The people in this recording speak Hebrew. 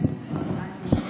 אדוני היושב-ראש,